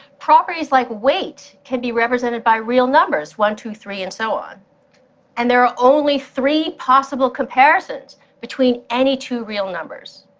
properties like weight can be represented by real numbers one, two, three and so on and there are only three possible comparisons between any two real numbers.